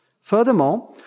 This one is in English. Furthermore